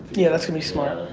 yeah that's gonna be smart.